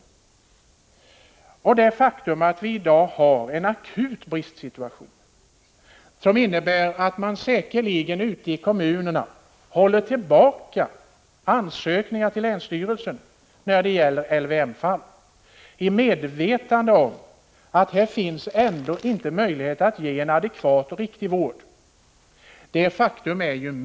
Det faktum är mycket allvarligt att vi i dag har en akut bristsituation, som innebär att man säkerligen ute i kommunerna håller tillbaka ansökningar till länsstyrelserna när det gäller LVM-fall, i medvetande om att det ändå inte finns möjlighet att ge en adekvat och riktig vård.